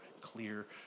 clear